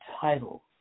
title